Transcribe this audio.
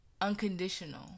unconditional